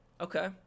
Okay